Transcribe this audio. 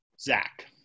Zach